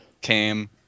came